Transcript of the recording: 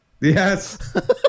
Yes